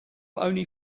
only